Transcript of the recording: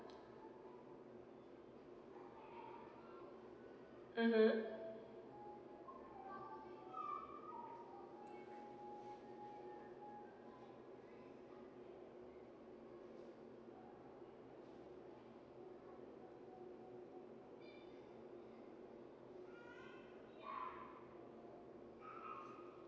mmhmm